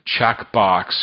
checkbox